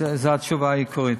זו התשובה העיקרית.